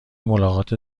ملاقات